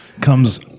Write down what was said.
Comes